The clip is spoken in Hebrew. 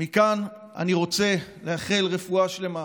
מכאן אני רוצה לאחל רפואה שלמה,